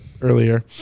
earlier